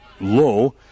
low